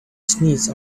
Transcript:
sneeze